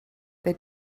they